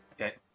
Okay